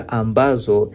ambazo